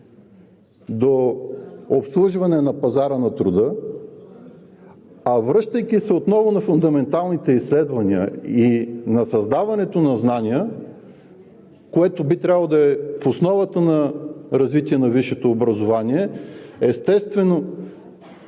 до обслужване на пазара на труда, а връщайки се отново на фундаменталните изследвания и на създаването на знания, което би трябвало да е в основата на развитие на висшето образование, естествено,